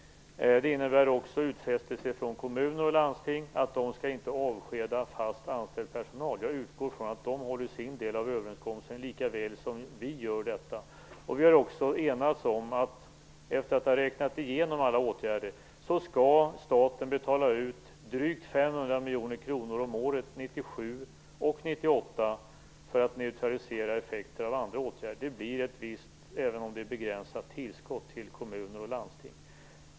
Det innebär också utfästelser från kommuner och landsting att de inte skall avskeda fast anställd personal. Jag utgår från att de håller sin del av överenskommelsen likaväl som vi håller vår. Vi har också enats om, efter att ha räknat igenom alla åtgärder, att staten skall betala ut drygt 500 miljoner kronor om året 1997 och 1998 för att neutralisera effekter av andra åtgärder. Det blir ett visst tillskott, även om det är begränsat, till kommuner och landsting.